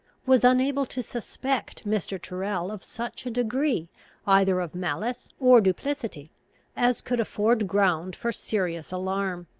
was unable to suspect mr. tyrrel of such a degree either of malice or duplicity as could afford ground for serious alarm.